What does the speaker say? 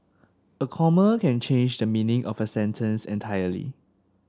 a comma can change the meaning of a sentence entirely